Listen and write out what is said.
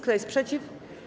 Kto jest przeciw?